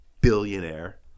billionaire